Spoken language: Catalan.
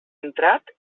entrat